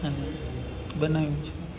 અને બનાવ્યું છે